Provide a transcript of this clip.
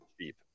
cheap